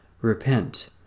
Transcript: Repent